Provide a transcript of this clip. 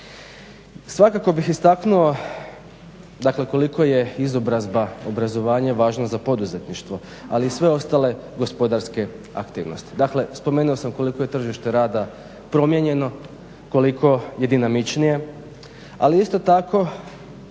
Svakako bih istaknuo, dakle koliko je izobrazba, obrazovanje važno za poduzetništvo, ali i sve ostale gospodarske aktivnosti. Dakle, spomenuo sam koliko je tržište rada promijenjeno, koliko je dinamičnije, ali isto tako